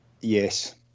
Yes